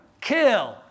kill